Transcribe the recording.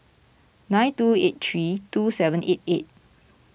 nine two eight three two seven eight eight